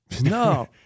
No